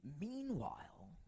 Meanwhile